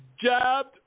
jabbed